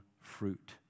fruit